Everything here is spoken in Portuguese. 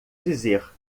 dizer